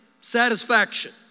Satisfaction